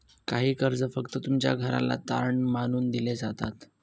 काही कर्ज फक्त तुमच्या घराला तारण मानून दिले जातात